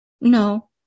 No